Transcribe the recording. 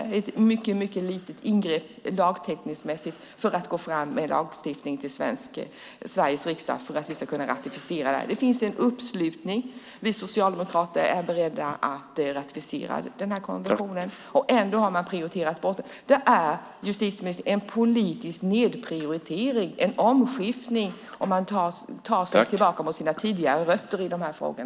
Det är ett mycket litet ingrepp lagtekniskt för att gå fram med en lagstiftning till Sveriges riksdag för att vi ska kunna ratificera detta. Det finns en uppslutning. Vi socialdemokrater är beredda att ratificera denna konvention. Ändå har regeringen prioriterat bort den. Det är, justitieministern, en politisk nedprioritering, en omskiftning, om man tar sig tillbaka till sina tidigare rötter i dessa frågor.